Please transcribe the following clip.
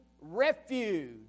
refuge